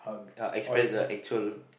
uh express their actual